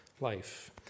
life